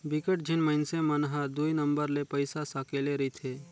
बिकट झिन मइनसे मन हर दुई नंबर ले पइसा सकेले रिथे